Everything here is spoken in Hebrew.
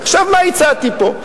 מה הצעתי פה?